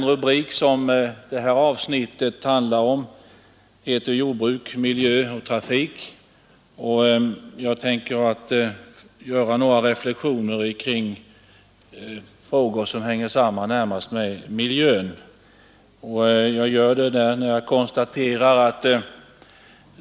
Rubriken på det avsnitt som vi nu är inne på är Jordbruksoch miljöfrågor, trafikfrågor m.m., och jag tänker göra några reflexioner kring frågor som hänger samman närmast med miljön.